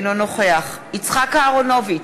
אינו נוכח יצחק אהרונוביץ,